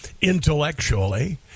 intellectually